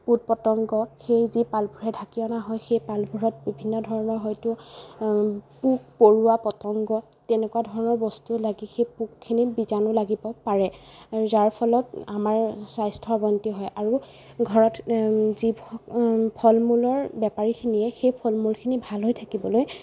পোত পতংগ সেই যি পালভোৰেৰে ঢাকি অনা হয় সেই পালভোৰত বিভিন্ন ধৰণৰ হয়তো পোক পৰুৱা পতংগ তেনেকুৱা ধৰণৰ বস্তু লাগি সেই পোকখিনিত বীজাণু লাগিব পাৰে আৰু যাৰ ফলত আমাৰ স্বাস্থ্যৰ অৱনতি হয় আৰু ঘৰত যি ভ ফল মূলৰ বেপাৰীখিনিয়ে সেই ফল মূলখিনি ভাল হৈ থাকিবলৈ